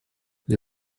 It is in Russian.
для